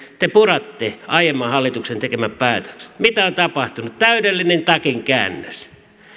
te puratte aiemman hallituksen tekemän päätöksen mitä on tapahtunut täydellinen takinkäännös